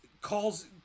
calls